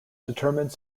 determine